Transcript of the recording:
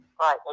Right